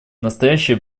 настоящее